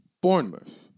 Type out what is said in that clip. Bournemouth